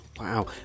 Wow